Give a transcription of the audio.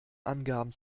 angaben